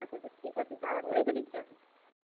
আচ্ছা আচ্ছা ঠিক আছে তাহলে রেখে দিচ্ছি এখন